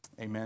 Amen